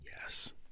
Yes